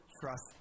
trust